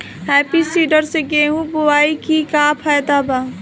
Happy seeder से गेहूं बोआई के का फायदा बा?